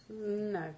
No